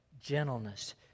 gentleness